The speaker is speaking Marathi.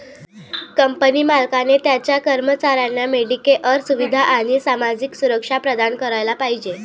कंपनी मालकाने त्याच्या कर्मचाऱ्यांना मेडिकेअर सुविधा आणि सामाजिक सुरक्षा प्रदान करायला पाहिजे